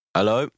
Hello